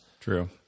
True